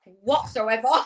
whatsoever